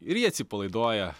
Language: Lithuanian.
ir jie atsipalaiduoja